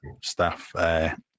staff